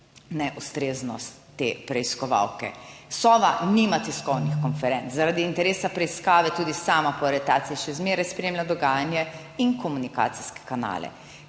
neustreznost te preiskovalke. Sova nima tiskovnih konferenc, zaradi interesa preiskave tudi sama po aretaciji še zmeraj spremlja dogajanje in komunikacijske kanale,